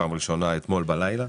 פעם ראשונה אתמול בילה.